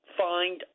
find